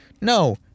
No